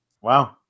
Wow